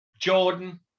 Jordan